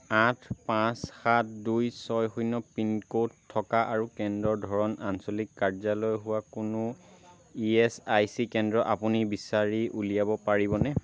আঠ পাঁচ সাত দুই ছয় শূন্য পিনক'ড থকা আৰু কেন্দ্ৰৰ ধৰণ আঞ্চলিক কাৰ্যালয় হোৱা কোনো ই এছ আই চি কেন্দ্ৰ আপুনি বিচাৰি উলিয়াব পাৰিবনে